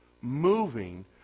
moving